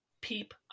peep